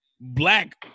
black